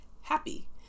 happy